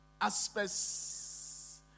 Aspects